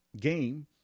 game